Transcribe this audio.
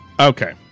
Okay